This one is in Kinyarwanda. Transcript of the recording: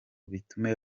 bitume